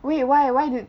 wait why why did